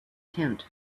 tent